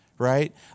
right